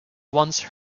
once